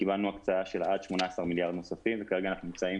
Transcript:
קיבלנו הקצאה של עד 18 מיליארד נוספים וכרגע אנחנו נמצאים